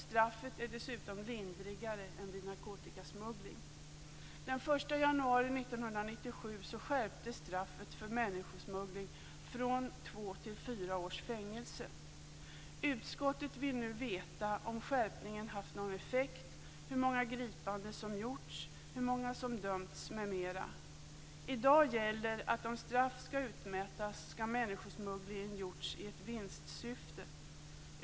Straffet är dessutom lindrigare än vid narkotikasmuggling. Den 1 januari 1997 skärptes straffet för människosmuggling från två till fyra års fängelse. Utskottet vill nu veta om skärpningen haft någon effekt, hur många gripanden som gjorts, hur många som dömts m.m. I dag gäller att för att straff skall utmätas skall människosmuggling ha gjorts i vinstsyfte.